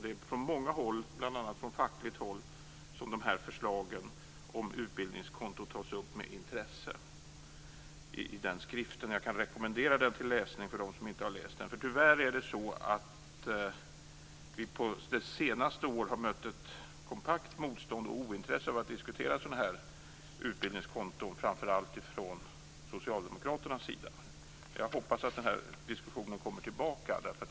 Det är från många håll, bl.a. från fackligt håll, som dessa förslag om utbildningskonto tas upp med intresse i den skriften. Jag kan rekommendera den för dem som inte har läst den. Tyvärr har vi under de senaste åren mött ett kompakt motstånd och ointresse för att diskutera utbildningskonton, framför allt från socialdemokraternas sida. Jag hoppas att den diskussionen kommer tillbaka.